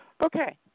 Okay